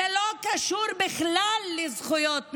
זה לא קשור בכלל לזכויות נשים,